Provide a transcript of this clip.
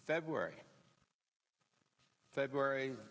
february february